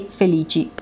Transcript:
felici